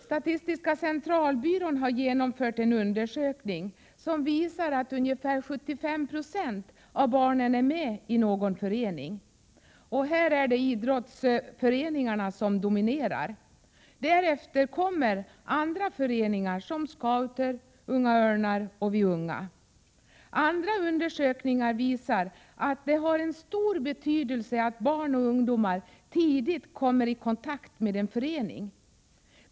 Statistiska centralbyrån har genomfört en undersökning som visar att ungefär 75 90 av barnen är med i någon förening. I detta sammanhang är det idrottsföreningarna som dominerar. Därefter kommer sådana föreningar som scouter, Unga örnar och Vi unga. Andra undersökningar visar att det har stor betydelse att barn och ungdomar tidigt kommer i kontakt med en förening.